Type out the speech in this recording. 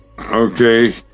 Okay